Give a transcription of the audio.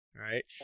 Right